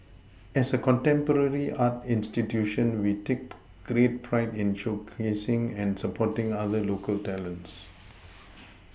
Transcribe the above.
as a contemporary art institution we take great pride in showcasing and supporting our local talents